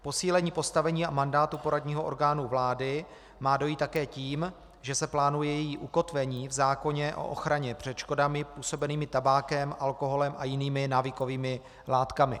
K posílení postavení a mandátu poradního orgánu vlády má dojít také tím, že se plánuje její ukotvení v zákoně o ochraně před škodami působenými tabákem, alkoholem a jiným návykovými látkami.